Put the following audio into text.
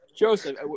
Joseph